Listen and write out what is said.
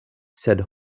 sed